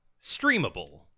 streamable